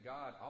God